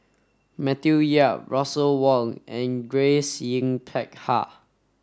Matthew Yap Russel Wong and Grace Yin Peck Ha